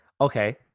okay